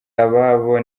ababo